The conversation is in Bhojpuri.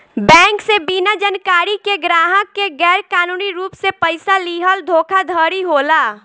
बैंक से बिना जानकारी के ग्राहक के गैर कानूनी रूप से पइसा लीहल धोखाधड़ी होला